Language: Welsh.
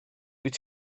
dwyt